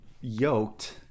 yoked